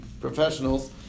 professionals